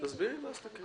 תסבירי ואז תקריאי.